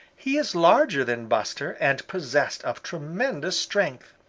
he is larger than buster and possessed of tremendous strength.